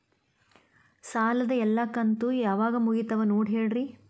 ಸಾಲದ ಎಲ್ಲಾ ಕಂತು ಯಾವಾಗ ಮುಗಿತಾವ ನೋಡಿ ಹೇಳ್ರಿ